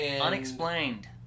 Unexplained